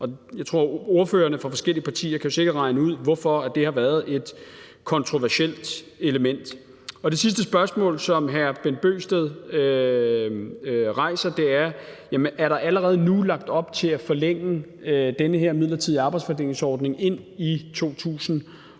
Jeg tror, at ordførerne fra forskellige partier sikkert kan regne ud, hvorfor det har været et kontroversielt element. Det sidste spørgsmål, som hr. Bent Bøgsted rejser, er, om der allerede nu er lagt op til at forlænge den her midlertidige arbejdsfordelingsordning ind i 2021.